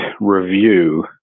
review